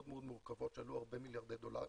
מאוד מורכבות שעלו הרבה מיליארדי דולרים